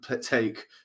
take